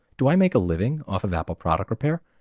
do i make a living off of apple product repair?